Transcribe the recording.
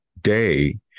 day